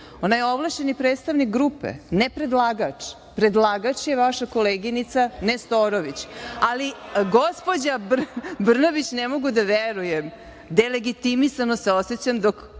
je ovlašćeni predstavnik grupe, ne predlagač. Predlagač je vaša koleginica Nestorović. Ali, gospođa Brnabić, ne mogu da verujem, delegitimisano se osećam dok